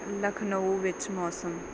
ਲਖਨਊ ਵਿੱਚ ਮੌਸਮ